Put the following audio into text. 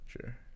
Sure